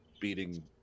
beating